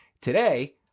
Today